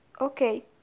okay